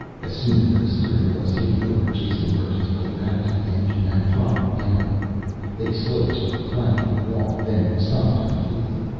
as soon as the steering was taken over jason worked his way back to the engine and throttled down they slowed to a clanking walk then stopped completely.